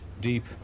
deep